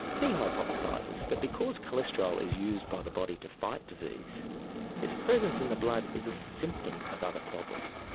he hypothesises that because cholesterol is used by the body to fight disease its presence in the blood is a symptom of other problems,